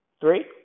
three